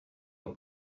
brig